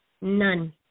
None